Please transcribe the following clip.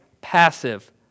passive